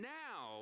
now